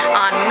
on